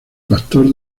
pastor